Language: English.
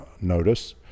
notice